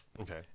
Okay